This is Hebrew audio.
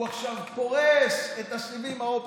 הוא עכשיו פורס את הסיבים האופטיים.